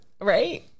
right